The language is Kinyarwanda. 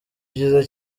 byiza